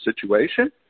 situation